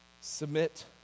Submit